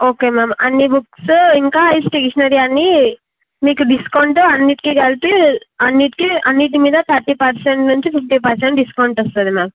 okay ma'am అన్ని ma'am ఇంకా ఈ స్టేషనరీ అన్ని మీకు డిస్కౌంటు అన్నిటికి కలిపి అన్నిటికి అన్నిటి మీద తర్టీ పర్సెంట్ నుంచి ఫిఫ్టీ పర్సెంట్ డిస్కౌంట్ వస్తుంది మ్యామ్